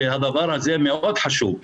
והדבר הזה מאוד חשוב,